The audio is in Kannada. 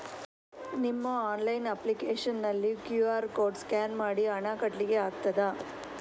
ನಿಮ್ಮ ಆನ್ಲೈನ್ ಅಪ್ಲಿಕೇಶನ್ ನಲ್ಲಿ ಕ್ಯೂ.ಆರ್ ಕೋಡ್ ಸ್ಕ್ಯಾನ್ ಮಾಡಿ ಹಣ ಕಟ್ಲಿಕೆ ಆಗ್ತದ?